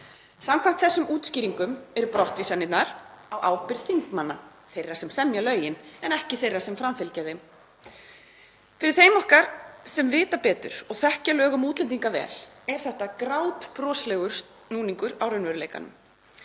Samkvæmt þessum útskýringum eru brottvísanirnar á ábyrgð þingmanna, þeirra sem semja lögin en ekki þeirra sem framfylgja þeim. Fyrir þau okkar sem vita betur og þekkja lög um útlendinga vel er þetta grátbroslegur snúningur á raunveruleikanum